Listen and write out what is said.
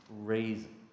reason